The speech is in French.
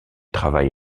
travaille